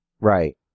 Right